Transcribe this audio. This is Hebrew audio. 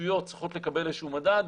הרשויות צריכות לקבל איזשהו מדד.